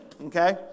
Okay